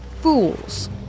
Fools